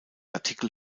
artikel